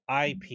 IP